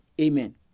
Amen